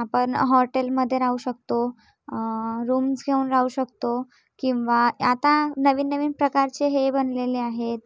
आपण हॉटेलमध्ये राहू शकतो रूम्स घेऊन राहू शकतो किंवा आता नवीन नवीन प्रकारचे हे बनलेले आहेत